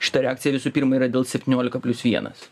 šita reakcija visų pirma yra dėl septyniolika plius vienas